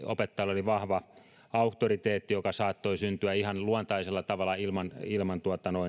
opettajalla oli vahva auktoriteetti joka saattoi syntyä ihan luontaisella tavalla ilman ilman